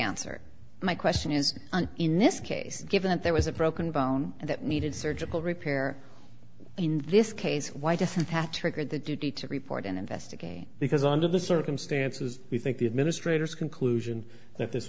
answer my question is on in this case given that there was a broken bone that needed surgical repair in this case why doesn't the trigger the duty to report and investigate because under the circumstances we think the administrators conclusion that this